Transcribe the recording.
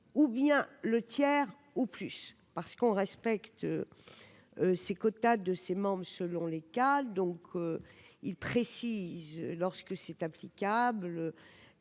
ou bien le tiers au plus parce qu'on respecte ses quotas de ses membres, selon les cas, donc il précise, lorsque c'est applicable,